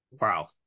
Wow